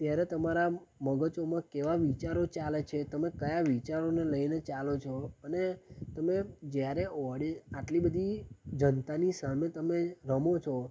ત્યારે તમારા મગજમાં કેવા વિચારો ચાલે છે તમે કયા વિચારોને લઈને ચાલો છો અને તમે જ્યારે ઓડી આટલી બધી જનતાની સામે રમો છો